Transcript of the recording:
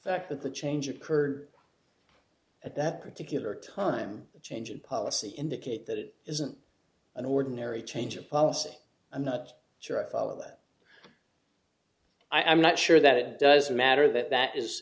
fact that the changes occur at that particular time the change in policy indicate that it isn't an ordinary change of policy i'm not sure i follow that i'm not sure that it doesn't matter that that is